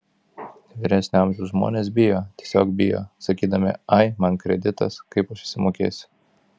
vyresnio amžiaus žmonės bijo tiesiog bijo sakydami ai man kreditas kaip aš išsimokėsiu